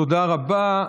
תודה רבה.